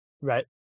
Right